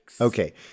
Okay